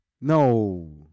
No